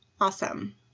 Awesome